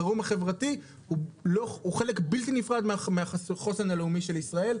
החירום החברתי הוא חלק בלתי נפרד מהחוסן הלאומי של ישראל.